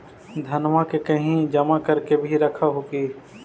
धनमा के कहिं जमा कर के भी रख हू की?